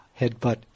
headbutt